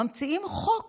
ממצאים חוק